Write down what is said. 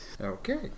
Okay